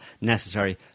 necessary